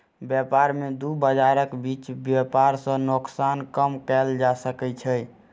व्यापार में दू बजारक बीच व्यापार सॅ नोकसान कम कएल जा सकै छै